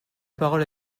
parole